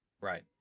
Right